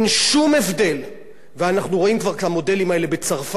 ואנחנו רואים כבר את המודלים האלה בצרפת ובגרמניה ובבריטניה.